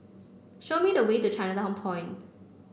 show me the way to Chinatown Point